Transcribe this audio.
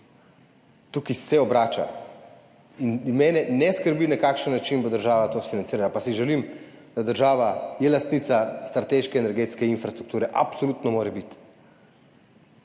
Tukaj se obrača in mene ne skrbi, na kakšen način bo država to financirala, pa si želim, da je država lastnica strateške energetske infrastrukture, absolutno mora biti.